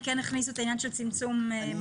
הם כן הכניסו את העניין של צמצום מגעים.